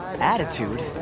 Attitude